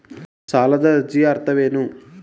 ಸಾಲದ ಅರ್ಜಿಯ ಅರ್ಥವೇನು?